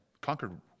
Conquered